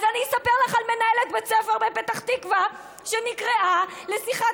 אז אני אספר לך על מנהלת בית ספר בפתח תקווה שנקראה לשיחת